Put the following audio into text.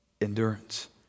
endurance